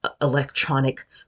electronic